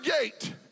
gate